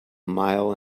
mile